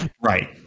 Right